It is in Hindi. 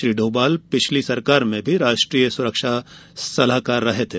श्री डोभाल पिछली सरकार में भी राष्ट्रीय सुरक्षा सलाहकार थे